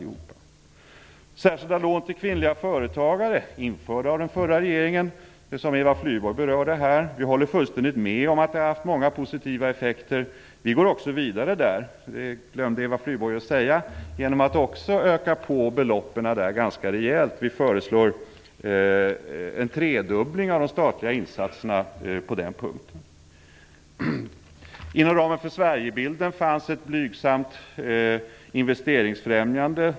Den förra regeringen införde särskilda lån till kvinnliga företagare. Eva Flyborg berörde dem tidigare. Vi håller fullständigt med om att de har haft många positiva effekter. Vi går också vidare där - det glömde Eva Flyborg att säga - genom att också öka på beloppen där ganska rejält. Vi föreslår en tredubbling av de statliga insatserna på den punkten. Inom ramen för Sverigebilden fanns ett blygsamt investeringsfrämjande.